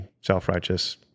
self-righteous